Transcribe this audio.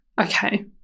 Okay